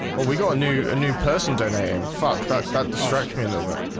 well, we got a new a new person donating fuck that that distract me and lover.